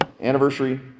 anniversary